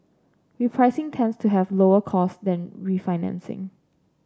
repricing tends to have lower costs than refinancing